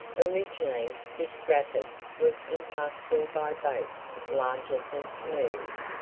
originally this rapids was impassable by boats larger than canoes,